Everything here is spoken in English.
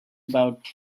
about